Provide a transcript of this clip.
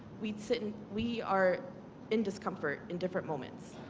we sit in we are in discomfortable in different moments.